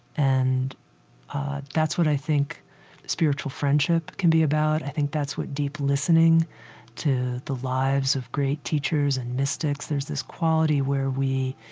and that's what i think spiritual friendship can be about. i think that's what deep listening to the lives of great teachers and mystics. there's this quality where we,